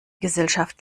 gesellschaft